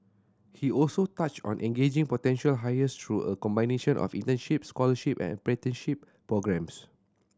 he also touched on engaging potential hires through a combination of internship scholarship and apprenticeship programmes